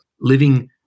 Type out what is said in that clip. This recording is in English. living